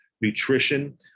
nutrition